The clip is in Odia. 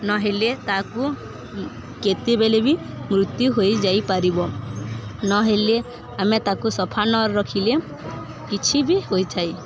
ନହେଲେ ତାକୁ କେତେବେଳେ ବି ମୃତ୍ୟୁ ହୋଇଯାଇପାରିବ ନହେଲେ ଆମେ ତାକୁ ସଫା ନରଖିଲେ କିଛି ବି ହୋଇଥାଏ